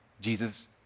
Jesus